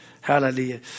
Hallelujah